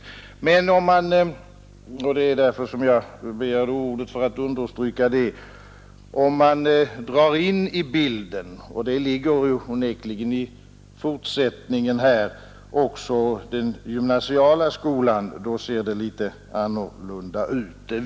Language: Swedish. Men — och det var för att understryka den saken som jag begärde ordet — om man också tar in den gymnasiala skolan i bilden, och det ligger onekligen i denna frågas fortsättning, så ser det litet annorlunda ut.